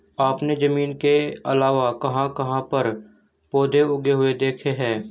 आपने जमीन के अलावा कहाँ कहाँ पर पौधे उगे हुए देखे हैं?